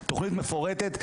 תוכנית מפורטת,